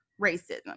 racism